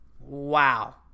Wow